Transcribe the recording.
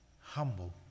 humble